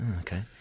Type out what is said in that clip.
okay